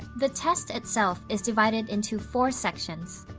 the test itself is divided into four sections.